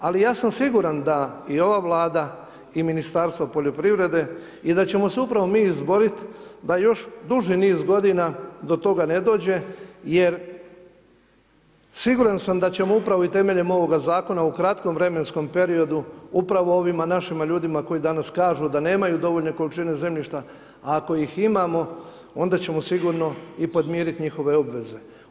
Ali ja sam siguran da i ova Vlada i Ministarstvo poljoprivrede i da ćemo se upravo mi izboriti da još duži niz godina do toga ne dođe, jer siguran sam da ćemo upravo i temeljem ovoga zakona u kratkom vremenskom periodu upravo ovima našim ljudima koji danas kažu da nemaju dovoljne količine zemljišta, a ako ih imamo onda ćemo sigurno i podmiriti njihove obveze.